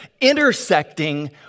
intersecting